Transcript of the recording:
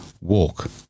Walk